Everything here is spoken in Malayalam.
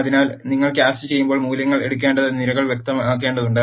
അതിനാൽ നിങ്ങൾ കാസ്റ്റുചെയ്യുമ്പോൾ മൂല്യങ്ങൾ എടുക്കേണ്ട നിരകൾ വ്യക്തമാക്കേണ്ടതുണ്ട്